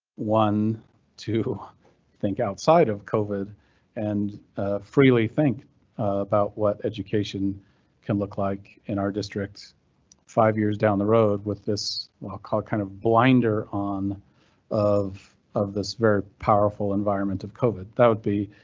one to think outside of covid and freely think about what education can look like in our district five years down the road with this well kind of blinder. on of of this very powerful environment of covid that would be,